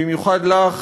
במיוחד לך,